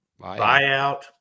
buyout